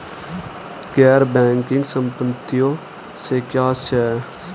गैर बैंकिंग संपत्तियों से क्या आशय है?